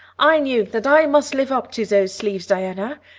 i knew that i must live up to those sleeves, diana.